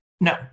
No